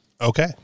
Okay